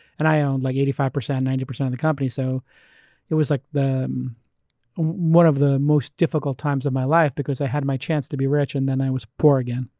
and i own like eighty five percent, ninety percent of the company. so it was like the one of the most difficult times of my life because i had my chance to be rich and then i was poor again.